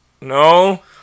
No